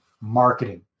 marketing